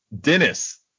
Dennis